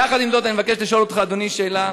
יחד עם זאת, אני מבקש לשאול אותך, אדוני, שאלה: